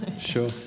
Sure